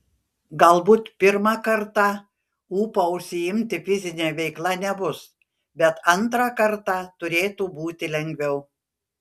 galbūt pirmą kartą ūpo užsiimti fizine veikla nebus bet antrą kartą turėtų būti lengviau